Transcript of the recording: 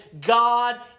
God